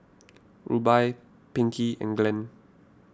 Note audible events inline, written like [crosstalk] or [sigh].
[noise] Rubye Pinkey and Glenn